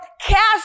cast